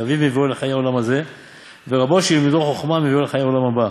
שאביו הביאו לחיי העולם הזה ורבו שלימדו חוכמה מביאו לחיי העולם הבא.